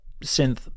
synth